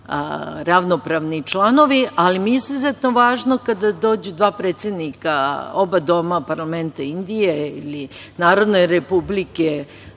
ravnopravni članovi, ali mi je izuzetno važno kada dođu dva predsednika oba doma parlamenta Indije ili Narodne Republike